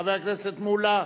חבר הכנסת מולה.